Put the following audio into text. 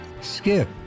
Skip